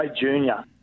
junior